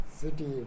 city